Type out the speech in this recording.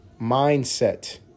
mindset